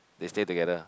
they stay together